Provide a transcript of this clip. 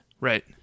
Right